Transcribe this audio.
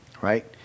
right